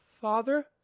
Father